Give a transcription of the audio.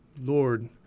Lord